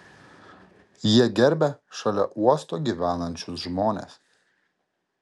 jie gerbia šalia uosto gyvenančius žmones